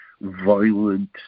violent